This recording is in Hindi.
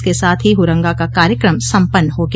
इसके साथ ही हुरंगा का कार्यक्रम सम्पन्न हो गया